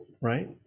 right